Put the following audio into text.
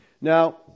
Now